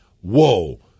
Whoa